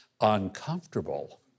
uncomfortable